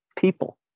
people